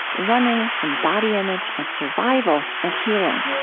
running and body image and survival and healing